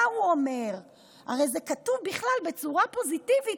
הרי זה כתוב בצורה פוזיטיבית,